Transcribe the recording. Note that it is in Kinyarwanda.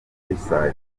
faisal